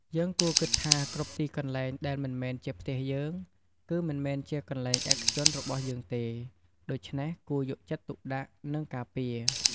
យើងគួរគិតថា គ្រប់ទីកន្លែងដែលមិនមែនជាផ្ទះយើង គឺមិនមែនជាកន្លែងឯកជនរបស់យើងទេ ដូច្នេះគួរយកចិត្តទុកដាក់ និងការពារ។